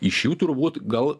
iš jų turbūt gal